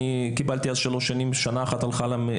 קיבלתי מימון לשלוש שנים כולל מכינה.